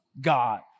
God